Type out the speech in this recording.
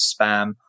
spam